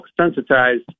sensitized